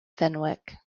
fenwick